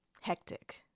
hectic